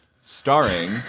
starring